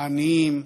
העניים,